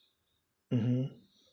mmhmm